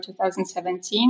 2017